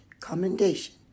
commendation